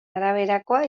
araberakoa